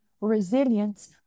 resilience